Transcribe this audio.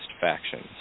factions